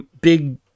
big